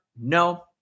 no